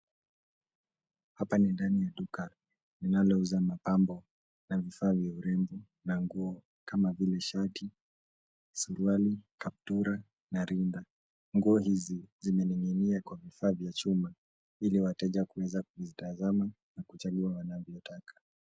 Hapa ni ndani ya duka, linalouza mapambo na vifaa vya urithi na nguo kama vile shati, suruali, kaptura na rinda .Nguo hizi zimeninginia kwa vifaa vya chuma ili wateja kuweza kuzitazama na kuchakua wenyewe wanavyotaka.